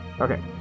Okay